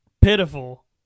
pitiful